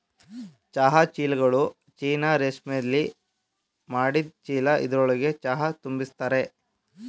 ಚಹಾ ಚೀಲ್ಗಳು ಚೀನಾ ರೇಶ್ಮೆಲಿ ಮಾಡಿದ್ ಚೀಲ ಇದ್ರೊಳ್ಗೆ ಚಹಾ ತುಂಬಿರ್ತರೆ